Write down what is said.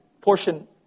portion